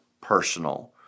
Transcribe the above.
personal